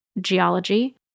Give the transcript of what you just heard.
geology